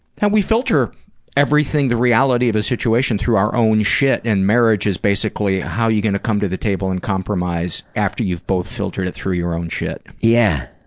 how we filter everything, the reality of a situation through our own shit and marriage is basically, how are you going to come to the table and compromise after you've both filtered it through your own shit. yeah,